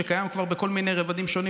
שקיים כבר בכל מיני רבדים שונים.